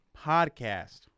podcast